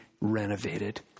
renovated